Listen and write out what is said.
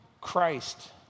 Christ